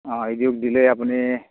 অঁ এ ডি অ' ক দিলে আপুনি